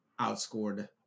outscored